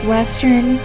Western